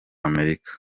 amerika